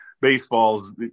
baseball's